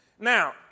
Now